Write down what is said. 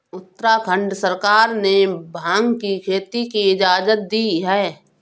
उत्तराखंड सरकार ने भाँग की खेती की इजाजत दी है